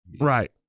Right